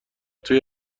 توی